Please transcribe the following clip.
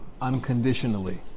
unconditionally